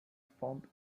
font